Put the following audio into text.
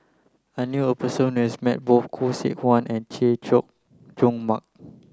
I knew a person who has met both Khoo Seok Wan and Chay Jung Jun Mark